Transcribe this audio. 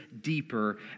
deeper